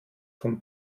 von